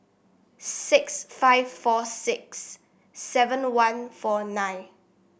six five four six seven one four nine